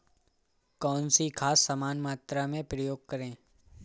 कौन सी खाद समान मात्रा में प्रयोग करें?